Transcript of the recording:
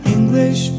English